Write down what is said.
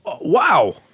Wow